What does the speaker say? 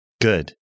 Good